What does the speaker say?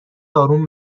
اروم